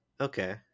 Okay